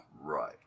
Right